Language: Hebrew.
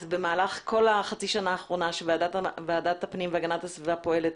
במהלך כל החצי שנה האחרונה שוועדת הפנים והגנת הסביבה פועלת,